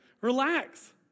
Relax